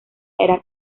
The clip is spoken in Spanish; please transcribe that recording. era